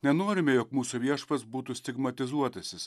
nenorime jog mūsų viešpats būtų stigmatizuotasis